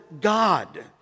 God